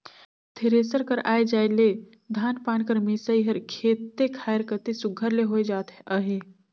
thresher कर आए जाए ले धान पान कर मिसई हर खेते खाएर कती सुग्घर ले होए जात अहे